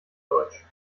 deutsch